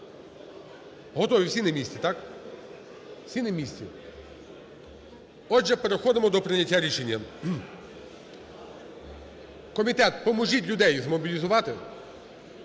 Готові. Всі на місці, так? Всі на місці? Отже, переходимо до прийняття рішення. Комітет, поможіть людей змобілізувати.